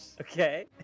Okay